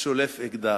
שולף אקדח.